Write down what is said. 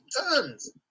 tons